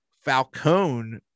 falcone